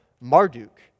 Marduk